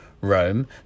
Rome